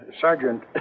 Sergeant